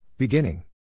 Beginning